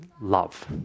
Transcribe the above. love